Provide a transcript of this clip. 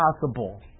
possible